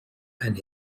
and